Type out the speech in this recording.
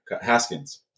Haskins